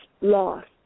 lost